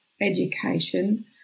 education